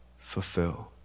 fulfill